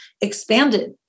expanded